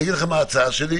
אני אגיד לכם מה ההצעה שלי,